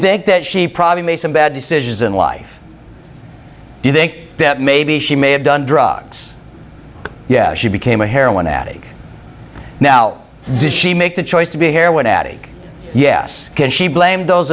think that she probably made some bad decisions in life do you think that maybe she may have done drugs yeah she became a heroin addict now does she make the choice to be here when addie yes because she blamed those